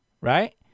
right